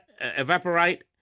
evaporate